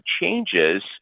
changes